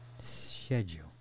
Schedule